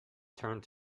turned